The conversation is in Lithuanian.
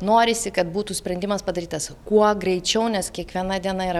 norisi kad būtų sprendimas padarytas kuo greičiau nes kiekviena diena yra